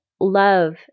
love